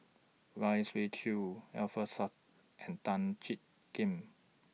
Lai Siu Chiu Alfian Sa'at and Tan Jiak Kim